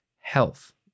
health